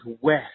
west